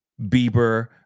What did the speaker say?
Bieber